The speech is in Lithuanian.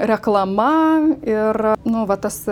reklama ir nu va tas